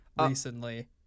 recently